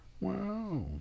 Wow